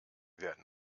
werden